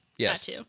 Yes